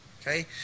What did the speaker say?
okay